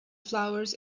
flowers